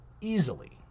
easily